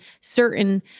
certain